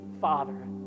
father